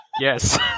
Yes